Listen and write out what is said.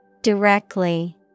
Directly